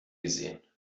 gesehen